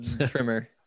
trimmer